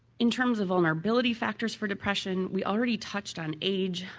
in terms of vulnerability factors for depression, we already touched on age,